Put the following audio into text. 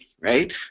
right